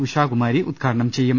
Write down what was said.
ഉഷാകുമാരി ഉദ്ഘാടനം ചെയ്യും